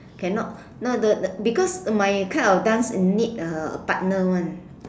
cannot no the because my kind of dance need a partner [one]